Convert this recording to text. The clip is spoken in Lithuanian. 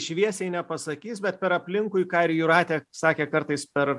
šviesiai nepasakys bet per aplinkui ką ir jūratė sakė kartais per